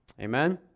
Amen